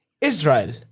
Israel